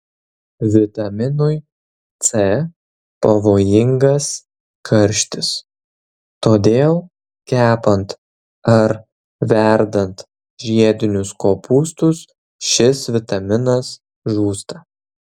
vitaminui c pavojingas karštis todėl kepant ar verdant žiedinius kopūstus šis vitaminas žūsta